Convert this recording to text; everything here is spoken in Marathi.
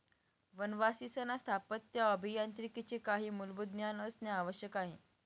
वनवासींना स्थापत्य अभियांत्रिकीचे काही मूलभूत ज्ञान असणे आवश्यक आहे